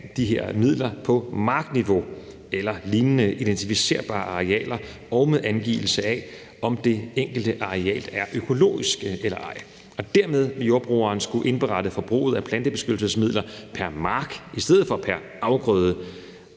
de her midler på markniveau eller lignende identificerbare arealer og med angivelse af, om det enkelte areal er økologisk dyrket eller ej. Og dermed vil jordbrugeren skulle indberette forbruget af plantebeskyttelsesmidler per mark i stedet for per afgrøde.